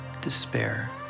despair